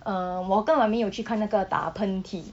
um 我跟妈咪有去看那个打喷嚏